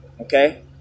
okay